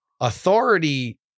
authority